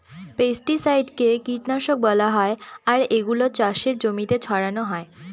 পেস্টিসাইডকে কীটনাশক বলা হয় আর এগুলা চাষের জমিতে ছড়ানো হয়